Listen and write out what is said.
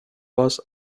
was